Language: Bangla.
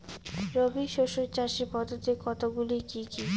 রবি শস্য চাষের পদ্ধতি কতগুলি কি কি?